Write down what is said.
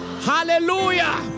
Hallelujah